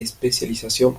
especialización